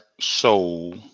soul